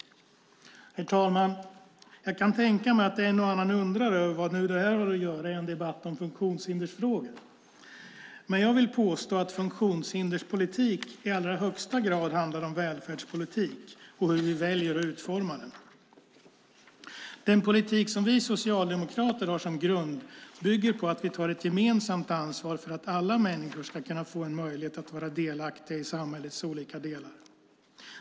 Herr talman! Jag kan tänka mig att en och annan undrar vad detta har i en debatt om funktionshindersfrågor att göra. Jag vill dock påstå att funktionshinderspolitik i allra högsta grad handlar om välfärdspolitik och hur vi väljer att utforma den. Den politik vi socialdemokrater har som grund bygger på att vi tar ett gemensamt ansvar för att alla människor ska kunna få en möjlighet att vara delaktiga i samhällets olika delar.